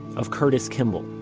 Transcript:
of curtis kimball.